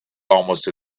almost